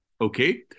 okay